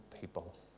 people